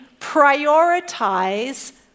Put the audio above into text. prioritize